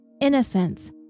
innocence